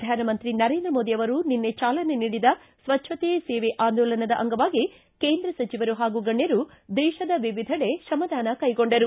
ಪ್ರಧಾನಮಂತ್ರಿ ನರೇಂದ್ರ ಮೋದಿ ಅವರು ನಿನ್ನೆ ಚಾಲನೆ ನೀಡಿದ ಸ್ವಜ್ಞತೆಯೆ ಸೇವೆ ಅಂದೋಲನದ ಅಂಗವಾಗಿ ಕೇಂದ್ರ ಸಚಿವರು ಪಾಗೂ ಗಣ್ಣರು ದೇಶದ ವಿವಿಧೆಡೆ ಶ್ರಮದಾನ ಕೈಗೊಂಡರು